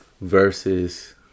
versus